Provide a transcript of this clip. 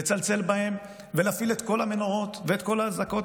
לצלצל בהם ולהפעיל את כל המנורות ואת כל האזעקות